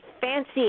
fancy